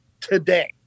today